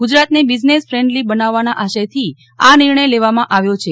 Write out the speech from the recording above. ગુજરાતને business friendly બનાવવાના આશયથી આ નિર્ણય લેવામાં આવ્યો છે